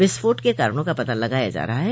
विस्फोट के कारणों का पता लगाया जा रहा है